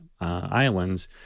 Islands